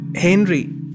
Henry